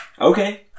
Okay